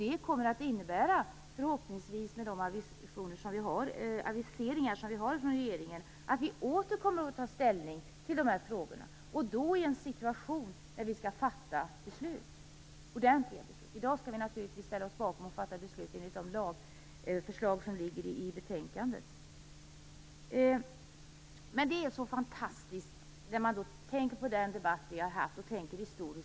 Det kommer förhoppningsvis att innebära, med de aviseringar som har kommit från regeringen, att vi åter kommer att ta ställning till de här frågorna, då i en situation där vi skall fatta ordentliga beslut. I dag skall vi naturligtvis ställa oss bakom och fatta beslut enligt de lagförslag som finns i betänkandet. Det är fantastiskt när man tänker på den debatt vi har haft och går tillbaka i historien.